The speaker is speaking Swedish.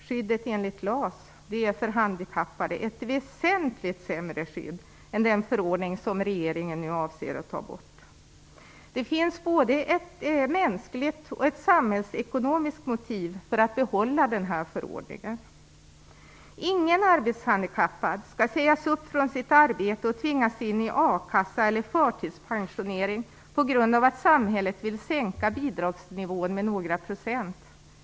Skyddet enligt LAS är för handikappade ett väsentligt sämre skydd än den förordning som regeringen nu avser att ta bort. Det finns både ett mänskligt och ett samhällsekonomiskt motiv för att behålla den här förordningen. Ingen arbetshandikappad skall sägas upp från sitt arbete och tvingas in i a-kassa eller förtidspensionering på grund av att samhället vill sänka bidragsnivån med några procent.